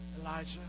Elijah